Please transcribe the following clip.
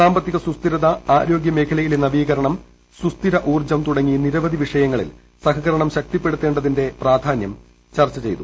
സാമ്പത്തിക സുസ്ഥിരത ആരോഗ്യമേഖലയിലെ നവീകരണം സുസ്ഥിര ഊർജ്ജം തുടങ്ങി നിരവധി വിഷയങ്ങളിൽ സഹകരണം ശക്തിപ്പെടുത്തേണ്ടതിന്റെ പ്രാധാന്യം ചർച്ച ചെയ്തു